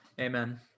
Amen